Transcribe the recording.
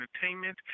entertainment